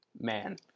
Man